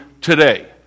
today